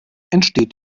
entsteht